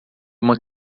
uma